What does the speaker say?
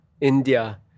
India